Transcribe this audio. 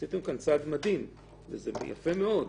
עשיתם כאן צעד מדהים, וזה יפה מאוד.